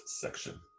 section